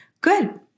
Good